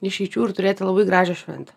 išeičių ir turėti labai gražią šventę